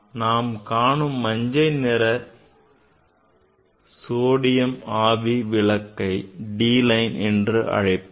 நாம் காணும் மஞ்சள் நிற சோடியம் ஆவி விளக்கை D line என்று அழைப்போம்